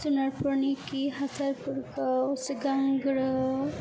जुनारफोरनि खि हासारफोरखौ सिगांग्रो